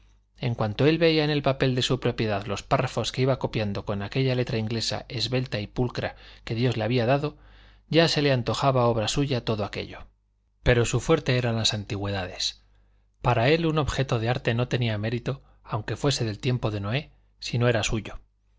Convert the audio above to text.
en cuanto él veía en el papel de su propiedad los párrafos que iba copiando con aquella letra inglesa esbelta y pulcra que dios le había dado ya se le antojaba obra suya todo aquello pero su fuerte eran las antigüedades para él un objeto de arte no tenía mérito aunque fuese del tiempo de noé si no era suyo